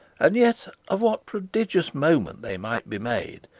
and yet of what prodigious moment they might be made,